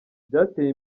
byateye